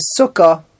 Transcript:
Sukkah